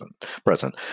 present